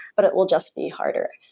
but it will just be harder.